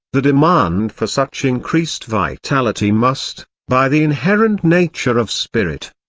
the demand for such increased vitality must, by the inherent nature of spirit,